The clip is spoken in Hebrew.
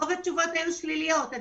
רוב התשובות היו שליליות,